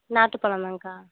நாட்டுப்பழம் தாங்க்கா